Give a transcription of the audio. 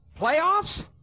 playoffs